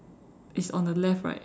it's on the left right